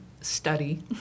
study